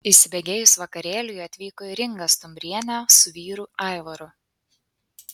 įsibėgėjus vakarėliui atvyko ir inga stumbrienė su vyru aivaru